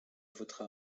votre